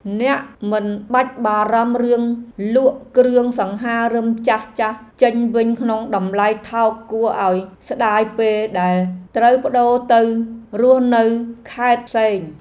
អ្នកមិនបាច់បារម្ភរឿងលក់គ្រឿងសង្ហារិមចាស់ៗចេញវិញក្នុងតម្លៃថោកគួរឱ្យស្ដាយពេលដែលត្រូវប្ដូរទៅរស់នៅខេត្តផ្សេង។